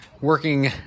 working